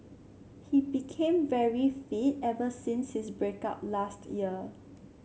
he became very fit ever since his break up last year